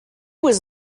was